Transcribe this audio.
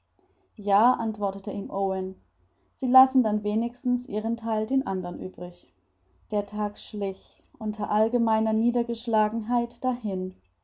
ja antwortet ihm owen sie lassen dann wenigstens ihren theil den anderen übrig der tag schlich unter allgemeiner niedergeschlagenheit dahin